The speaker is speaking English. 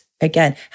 again